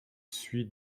suit